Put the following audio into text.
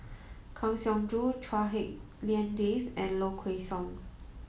Kang Siong Joo Chua Hak Lien Dave and Low Kway Song